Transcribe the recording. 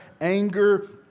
anger